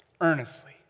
earnestly